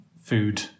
food